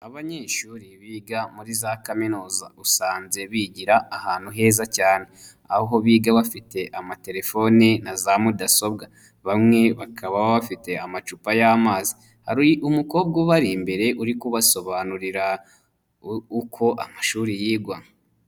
Abanyeshuri biga muri za kaminuza usanze bigira ahantu heza cyane, aho biga bafite amatelefoni na za mudasobwa, bamwe bakaba bafite amacupa y'amazi, hari umukobwa ubari imbere uri kubasobanurira uko amashuri yigwa.